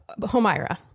Homaira